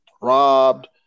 robbed